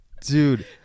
dude